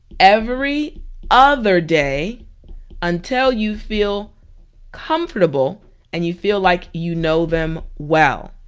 every other day until you feel comfortable and you feel like you know them well.